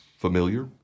familiar